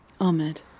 Ahmed